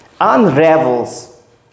unravels